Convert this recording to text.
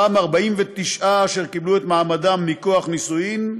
49 אשר קיבלו את מעמדם מכוח נישואים,